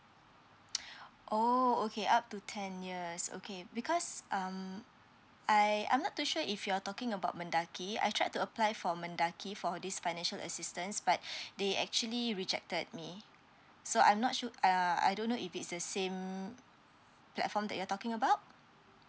oh okay up to ten years okay because um I I'm not too sure if you're talking about mendaki I tried to apply for mendaki for this financial assistance but they actually rejected me so I'm not sure uh I don't know if it's the same platform that you're talking about